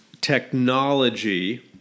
technology